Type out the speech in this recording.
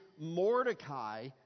Mordecai